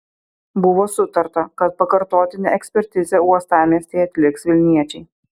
buvo sutarta kad pakartotinę ekspertizę uostamiestyje atliks vilniečiai